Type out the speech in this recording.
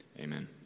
Amen